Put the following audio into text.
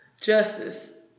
Justice